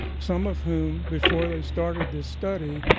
some of whom, before they started this study,